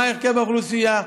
מה הרכב האוכלוסייה,